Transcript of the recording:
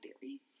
theory